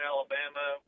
Alabama